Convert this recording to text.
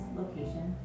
location